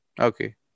okay